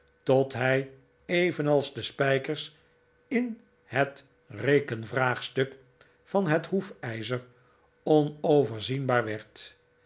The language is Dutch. tot zij evenals de spijkers in het rekenvraagstuk van het hoefijzer onoverzienbaar werd